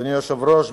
אדוני היושב-ראש,